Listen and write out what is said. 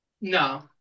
No